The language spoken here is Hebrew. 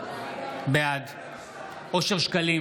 בעד אושר שקלים,